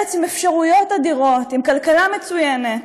ארץ עם אפשרויות אדירות, עם כלכלה מצוינת,